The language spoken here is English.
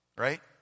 right